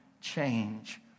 change